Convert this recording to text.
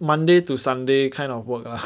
monday to sunday kind of work lah